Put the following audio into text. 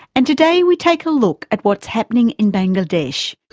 and today we take a look at what's happening in bangladesh.